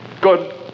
Good